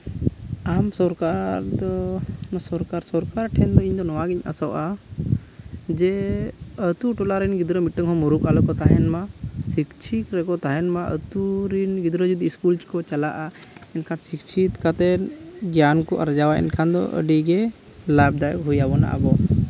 ᱟᱢ ᱥᱚᱨᱠᱟᱨ ᱫᱚ ᱥᱚᱨᱠᱟᱨ ᱟᱨ ᱥᱚᱨᱠᱟᱨ ᱴᱷᱮᱱ ᱫᱚ ᱤᱧ ᱱᱚᱣᱟᱜᱤᱧ ᱟᱥᱚᱜᱼᱟ ᱡᱮ ᱟᱹᱛᱩ ᱴᱚᱞᱟ ᱨᱮᱱ ᱜᱤᱫᱽᱨᱟᱹ ᱡᱮ ᱢᱤᱫᱴᱮᱱ ᱦᱚᱸ ᱢᱩᱨᱩᱠᱷ ᱟᱞᱚ ᱠᱚ ᱛᱟᱦᱮᱱ ᱢᱟ ᱥᱤᱪᱪᱷᱤᱛ ᱨᱮᱠᱚ ᱛᱟᱦᱮᱱ ᱢᱟ ᱟᱹᱛᱩ ᱨᱮᱱ ᱜᱤᱫᱽᱨᱟᱹ ᱥᱠᱩᱞ ᱡᱩᱫᱤ ᱠᱚ ᱪᱟᱞᱟᱜᱼᱟ ᱢᱮᱱᱠᱷᱟᱱ ᱥᱤᱠᱠᱷᱤᱛ ᱠᱟᱛᱮᱫ ᱜᱮᱭᱟᱱ ᱠᱚ ᱟᱨᱡᱟᱣᱟ ᱮᱱᱠᱷᱟᱱ ᱫᱚ ᱟᱹᱰᱤᱜᱮ ᱞᱟᱵᱷ ᱦᱩᱭ ᱟᱵᱚᱱᱟ ᱟᱵᱚ